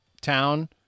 town